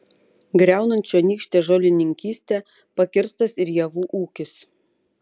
griaunant čionykštę žolininkystę pakirstas ir javų ūkis